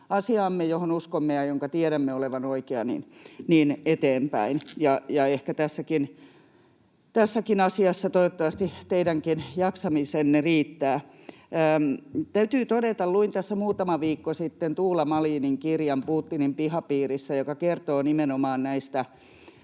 johon uskomme ja jonka tiedämme olevan oikea. Ehkä tässäkin asiassa, toivottavasti, teidänkin jaksamisenne riittää. Täytyy todeta, että luin tässä muutama viikko sitten Tuula Malinin kirjan Putinin pihapiirissä, joka kertoo nimenomaan näistä